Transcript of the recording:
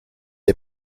est